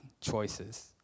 choices